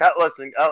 listen